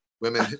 women